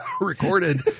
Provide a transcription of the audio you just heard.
recorded